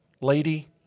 lady